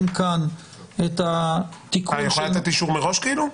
כאן את -- היא יכולה לתת אישור מראש כאילו?